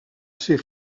ser